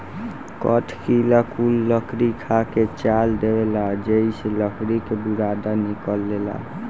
कठ किड़ा कुल लकड़ी खा के चाल देवेला जेइसे लकड़ी के बुरादा निकलेला